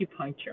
acupuncture